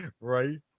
Right